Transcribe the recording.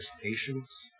patience